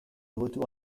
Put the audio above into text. retour